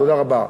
תודה רבה.